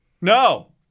No